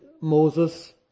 Moses